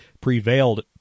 prevailed